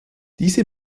diese